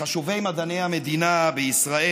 מחשובי מדעני המדינה בישראל: